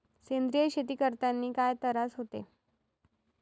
सेंद्रिय शेती करतांनी काय तरास होते?